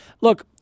Look